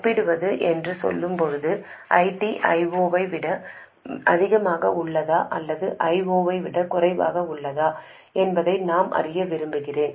ஒப்பிடு என்று சொல்லும் போது ID I0 ஐ விட அதிகமாக உள்ளதா அல்லது I0 ஐ விட குறைவாக உள்ளதா என்பதை நான் அறிய விரும்புகிறேன்